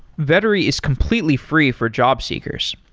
vettery is completely free for job seekers.